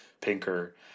pinker